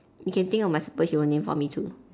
okay think of my superhero name for me too